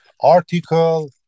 article